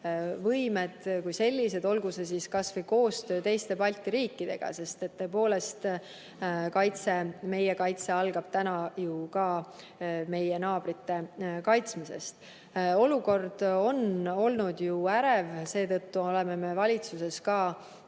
võimed kui sellised, olgu see kas või koostöö teiste Balti riikidega, sest tõepoolest algab meie kaitse ju ka meie naabrite kaitsmisest. Olukord on olnud ju ärev, seetõttu oleme valitsuses iga